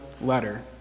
letter